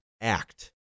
act